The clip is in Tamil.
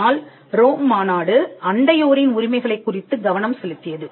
ஆனால் ரோம் மாநாடு அண்டை யோரின் உரிமைகளைக் குறித்து கவனம் செலுத்தியது